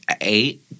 eight